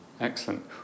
Excellent